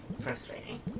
frustrating